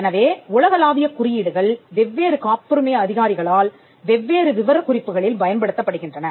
எனவே உலகளாவிய குறியீடுகள் வெவ்வேறு காப்புரிமை அதிகாரிகளால் வெவ்வேறு விவரக்குறிப்புகளில் பயன்படுத்தப்படுகின்றன